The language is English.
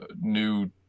new